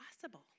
possible